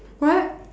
what